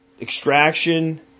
extraction